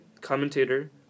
commentator